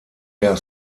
der